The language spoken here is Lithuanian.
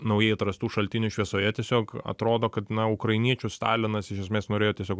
naujai atrastų šaltinių šviesoje tiesiog atrodo kad na ukrainiečius stalinas iš esmės norėjo tiesiog